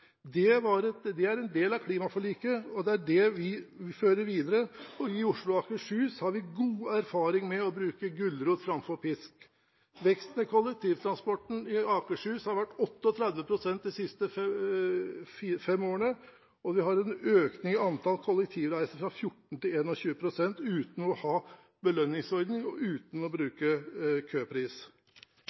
Det er en del av klimaforliket, og det er det vi fører videre. Vi i Oslo og Akershus har god erfaring med å bruke gulrot framfor pisk. Veksten i kollektivtransporten i Akershus har vært på 38 pst. de siste fire–fem årene, og vi har en økning i antall kollektivreisende fra 14 til 21 pst. uten å ha belønningsordning og uten å bruke køpris.